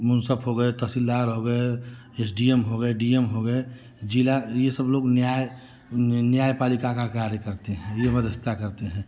मुंसफ हो गए तहसीलदार हो गए एच डी एम हो गए डी एम हो गए जिला यह सब लोग न्याय न्याय पालिका का कार्य करते हैं यह करते हैं